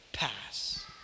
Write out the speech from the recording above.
pass